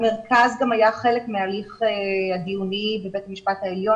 המרכז גם היה חלק מהליך הדיוני בבית המשפט העליון